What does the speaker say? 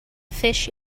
fish